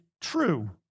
true